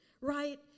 right